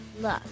Look